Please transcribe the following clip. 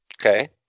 Okay